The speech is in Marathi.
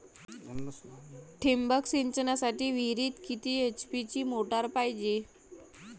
ठिबक सिंचनासाठी विहिरीत किती एच.पी ची मोटार पायजे?